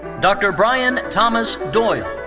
dr. brian thomas doyle.